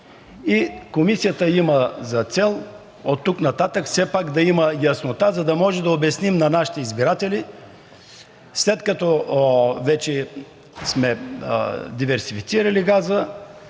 И комисията има за цел оттук нататък все пак да има яснота, за да можем да обясним на нашите избиратели, след като вече сме диверсифицирали газа,